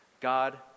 God